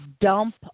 dump